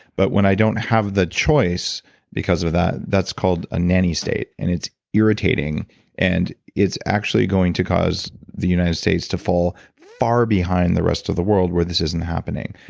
but when i don't have the choice because of that that's called a nanny state and it's irritating and it's actually going to cause the united states to fall far behind the rest of the world where this isn't happening.